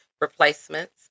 replacements